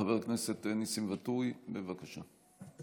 חבר הכנסת ניסים ואטורי, בבקשה.